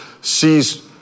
sees